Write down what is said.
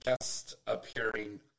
guest-appearing